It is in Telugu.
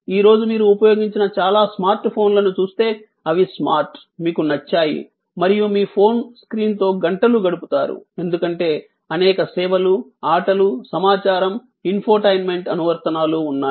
ఈ రోజు మీరు ఉపయోగించిన చాలా స్మార్ట్ ఫోన్లను చూస్తే అవి స్మార్ట్ మీకు నచ్చాయి మరియు మీ ఫోన్ స్క్రీన్తో గంటలు గడుపుతారు ఎందుకంటే అనేక సేవలు ఆటలు సమాచారం ఇన్ఫోటైన్మెంట్ అనువర్తనాలు ఉన్నాయి